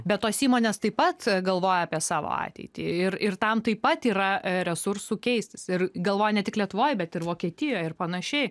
bet tos įmonės taip pat galvoja apie savo ateitį ir ir tam taip pat yra resursų keistis ir galvoja ne tik lietuvoj bet ir vokietijoj ir panašiai